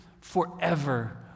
forever